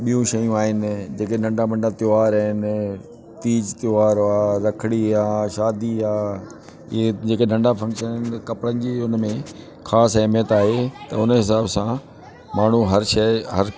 ॿियूं शयूं आहिनि जेके नंढा बंढा त्योहार आहिनि तीज त्योहार आहे रखणी आहे शादी आहे इहे जीक नंढा फंक्शन इन कपड़न जी उन में ख़ासि अहमियत आहे त उन हिसाब सां माण्हू हर शइ हर